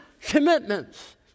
commitments